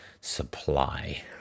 supply